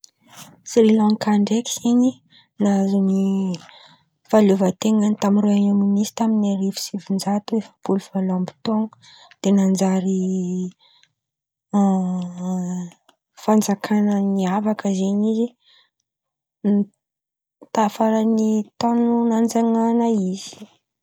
Sri lanka ndraiky zen̈y nahazo fahaleovan-ten̈any taminy roa arivo sy sivan-jato folo valo amby tôno de nanjary fanjakana miavaka zen̈y izy tafarany tôno nanjanahana izy.